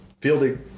fielding